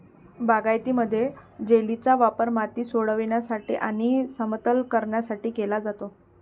बागायतीमध्ये, जेलीचा वापर माती सोडविण्यासाठी आणि समतल करण्यासाठी केला जातो